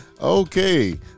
Okay